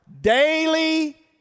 Daily